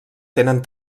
tenen